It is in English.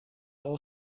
all